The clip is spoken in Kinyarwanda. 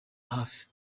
hafi